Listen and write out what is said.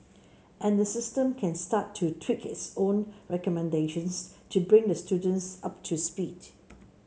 and the system can start to tweak its own recommendations to bring the students up to speed